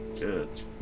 Good